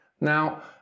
Now